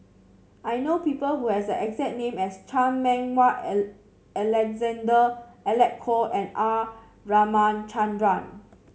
I know people who have the exact name as Chan Meng Wah Alexander Alec Kuok and R Ramachandran